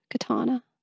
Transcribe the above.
katana